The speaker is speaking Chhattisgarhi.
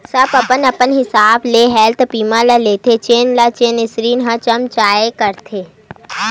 सब अपन अपन हिसाब ले हेल्थ बीमा ल लेथे जेन ल जेन स्कीम ह जम जाय करथे